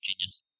Genius